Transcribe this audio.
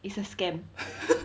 it's a scam